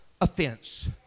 offense